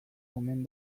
omen